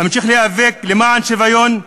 אמשיך להיאבק למען שוויון,